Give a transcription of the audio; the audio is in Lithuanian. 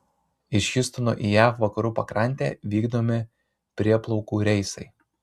iš hjustono į jav vakarų pakrantę vykdomi prieplaukų reisai